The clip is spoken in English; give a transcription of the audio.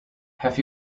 have